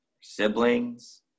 siblings